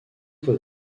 voit